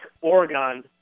Oregon